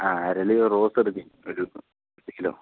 ആ അരളി റോസ് എടുക്ക് ഒരു ഒര് കിലോ